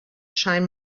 shine